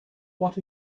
what